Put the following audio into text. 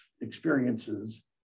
experiences